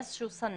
יש איזשהו סנן.